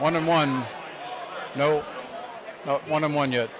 one and one no one on one yet